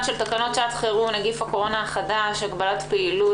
של תקנות שעת חירום (נגיף הקורונה החדש הגבלת פעילות),